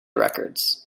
records